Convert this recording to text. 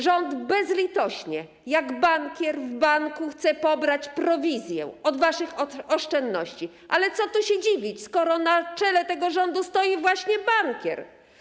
Rząd bezlitośnie jak bankier w banku chce pobrać prowizję od waszych oszczędności, ale co tu się dziwić, skoro na czele tego rządu stoi właśnie bankier?